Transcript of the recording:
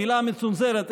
מילה מצונזרת,